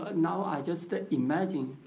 ah now i just ah imagine,